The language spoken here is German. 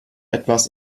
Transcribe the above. etwas